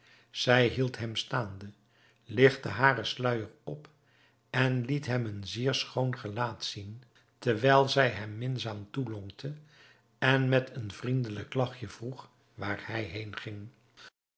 zij hield hem staande ligtte haren sluier op en liet hem een zeer schoon gelaat zien terwijl zij hem minzaam toelonkte en met een vriendelijk lachje vroeg waar hij